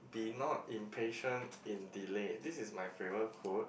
be not impatient in delay this is my favorite quote